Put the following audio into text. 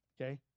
okay